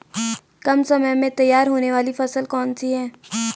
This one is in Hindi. कम समय में तैयार होने वाली फसल कौन सी है?